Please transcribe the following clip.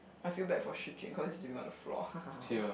I feel bad for Shi-Jing cause he's sleeping on the floor